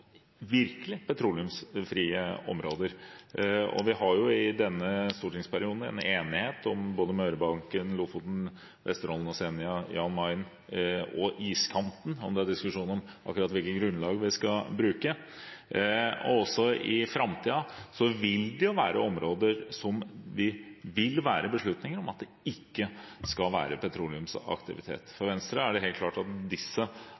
virkelig petroleumsfrie områder. Vi har i denne stortingsperioden en enighet om både Mørebanken, Lofoten, Vesterålen, Senja, Jan Mayen og iskanten, der det er diskusjon om akkurat hvilket grunnlag vi skal bruke. Også i framtiden vil det være områder som det besluttes at det ikke skal være petroleumsaktivitet i. For Venstre er det helt klart at disse